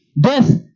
Death